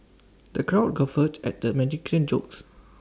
the crowd guffawed at the jokes